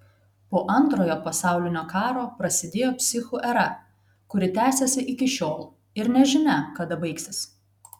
po antrojo pasaulinio karo prasidėjo psichų era kuri tęsiasi iki šiol ir nežinia kada baigsis